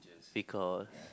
it's because